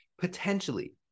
Potentially